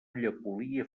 llepolia